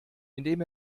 indem